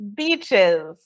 beaches